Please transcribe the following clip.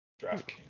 DraftKings